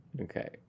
Okay